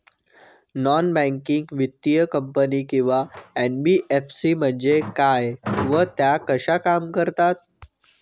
Non banking वित्तीय company किंवा NBFC म्हणजे काय व त्या कशा काम करतात?